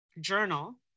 journal